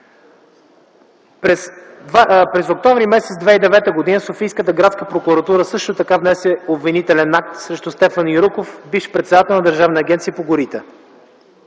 През м. октомври 2009 г. Софийската градска прокуратура също така внесе обвинителен акт срещу Стефан Юруков - бивш председател на Държавната агенция по горите.